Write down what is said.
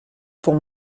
pour